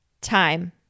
time